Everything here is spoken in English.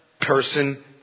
person